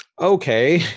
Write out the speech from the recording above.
Okay